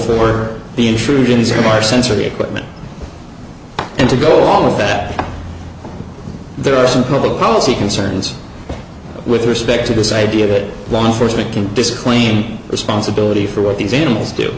for the intrusions in our sensory equipment and to go along with that there are some public policy concerns with respect to this idea that law enforcement in this claim responsibility for what these animals